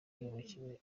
yubakiwe